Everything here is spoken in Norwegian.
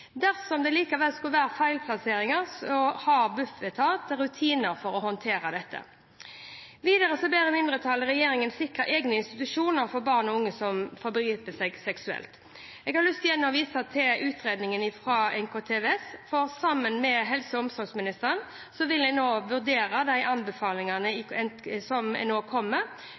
Dersom det likevel skulle være feilplasseringer, har Bufetat rutiner for å håndtere dette. Videre ber mindretallet regjeringen sikre egne institusjoner for barn og unge som forgriper seg seksuelt. Jeg har igjen lyst å vise til utredningen fra NKVTS, for sammen med helse- og omsorgsministeren vil jeg nå vurdere anbefalingene